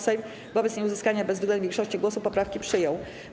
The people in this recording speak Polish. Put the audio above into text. Sejm wobec nieuzyskania bezwzględnej większości głosów poprawki przyjął.